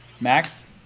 Max